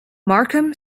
markham